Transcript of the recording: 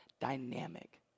dynamic